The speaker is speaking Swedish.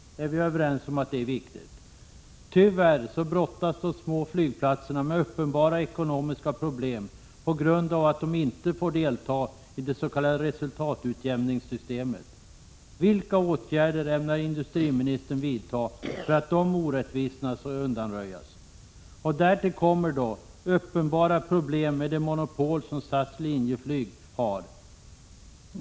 Vi är överens om att flyget är viktigt. Tyvärr brottas de små flygplatserna med uppenbara ekonomiska problem på grund av att de inte får delta i det s.k. resultatutjämningssystemet. Vilka åtgärder ämnar industriministern vidta för att dessa orättvisor skall kunna undanröjas? Därtill kommer uppenbara problem med det monopol som SAS/Linjeflyg har.